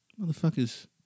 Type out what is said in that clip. Motherfuckers